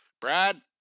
brad